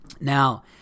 now